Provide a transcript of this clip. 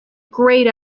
great